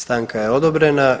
Stanka je odobrena.